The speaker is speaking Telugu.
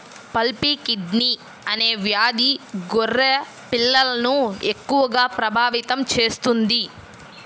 పల్పీ కిడ్నీ అనే వ్యాధి గొర్రె పిల్లలను ఎక్కువగా ప్రభావితం చేస్తుంది